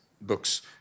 book's